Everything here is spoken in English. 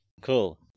Cool